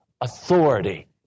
authority